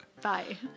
bye